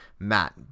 Matt